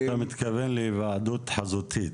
מתכוון להיוועדות חזותית.